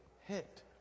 hit